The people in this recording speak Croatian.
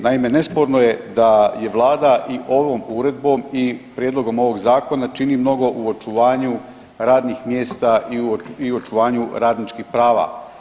Naime, nesporno je da Vlada i ovom Uredbom i Prijedlogom ovoga zakona čini mnogo u očuvanju radnih mjesta i očuvanju radničkih prava.